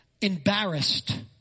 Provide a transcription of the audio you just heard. embarrassed